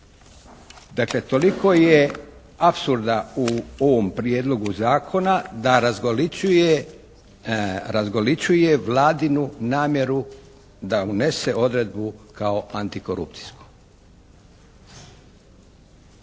Dakle, toliko je apsurda u ovom prijedlogu zakona da razgoličuje Vladinu namjeru da unese odredbu kao antikorupcijsku.